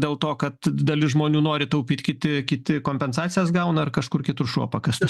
dėl to kad dalis žmonių nori taupyt kiti kiti kompensacijas gauna ar kažkur kitur šuo pakastas